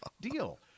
deal